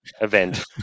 event